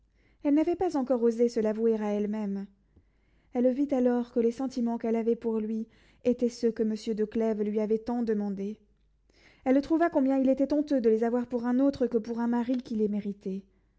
elle n'avait encore osé se l'avouer à elle-même elle vit alors que les sentiments qu'elle avait pour lui étaient ceux que monsieur de clèves lui avait tant demandés elle trouva combien il était honteux de les avoir pour un autre que pour un mari qui les méritait